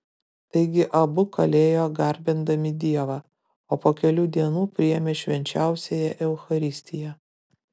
taigi abu kalėjo garbindami dievą o po kelių dienų priėmė švenčiausiąją eucharistiją